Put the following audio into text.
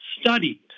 studied